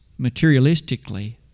materialistically